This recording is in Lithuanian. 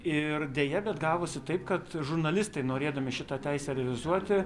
ir deja bet gavosi taip kad žurnalistai norėdami šitą teisę realizuoti